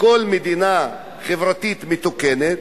בכל מדינה חברתית מתוקנת,